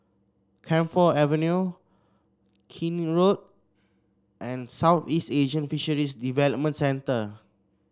Camphor Avenue Keene Road and Southeast Asian Fisheries Development Centre